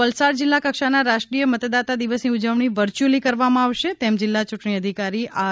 જે અંતર્ગત વલસાડ જિલ્લા કક્ષાના રાષ્ટ્રીય મતદાતા દિવસની ઉજવણી વર્ચ્યુઅલી કરવામાં આવશે તેમ જિલ્લા યૂંટણી અધિકારીશ્રી આર